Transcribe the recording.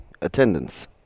attendance